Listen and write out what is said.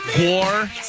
War